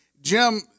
Jim